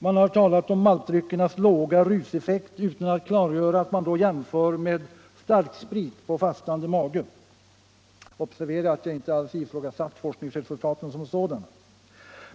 Man har talat om maltdryckernas låga berusningseffekt utan att klargöra att man då jämför med starksprit på fastande mage. Observera att jag inte alls ifrågasätter forskningsresultaten som sådana.